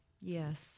Yes